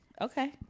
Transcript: Okay